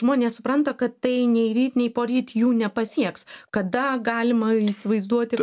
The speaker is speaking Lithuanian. žmonės supranta kad tai nei ryt nei poryt jų nepasieks kada galima įsivaizduoti